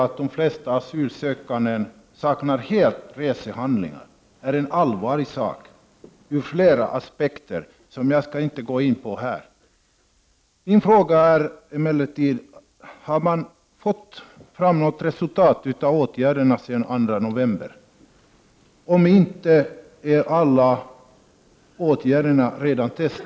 Att de flesta asylsökande helt saknar resehandlingar, är allvarligt ur flera aspekter som jag inte skall gå närmare in på nu. Min fråga till statsrådet är: Har de åtgärder som det fattades beslut om den 2 november gett något resultat? Om de inte har det undrar jag om alla åtgärder har vidtagits?